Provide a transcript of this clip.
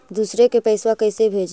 दुसरे के पैसा कैसे भेजी?